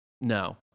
No